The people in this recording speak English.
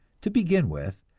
to begin with,